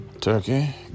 Turkey